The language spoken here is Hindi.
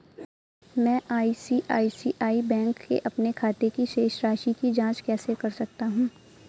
मैं आई.सी.आई.सी.आई बैंक के अपने खाते की शेष राशि की जाँच कैसे कर सकता हूँ?